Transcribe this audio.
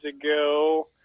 ago